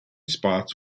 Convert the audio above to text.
spots